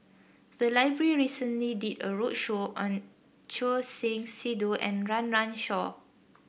the library recently did a roadshow on Choor Singh Sidhu and Run Run Shaw